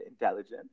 intelligent